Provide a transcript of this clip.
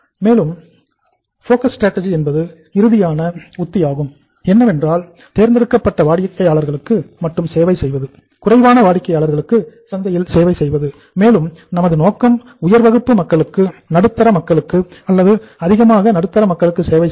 மேலும் focus strategy என்பது இறுதியான உத்தி ஆகும் என்னவென்றால்தேர்ந்தெடுக்கப்பட்ட வாடிக்கையாளர்களுக்கு மட்டும் சேவை செய்வது குறைவான வாடிக்கையாளர்களுக்கு சந்தையில் சேவை செய்வது மேலும் நமது நோக்கம் உயர் வகுப்பு மக்களுக்கு நடுத்தர மக்களுக்கு அல்லது அதிகமாக நடுத்தர மக்களுக்கு சேவை செய்வது